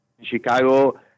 Chicago